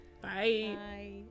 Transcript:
Bye